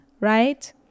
right